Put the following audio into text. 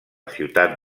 ciutat